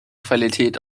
qualität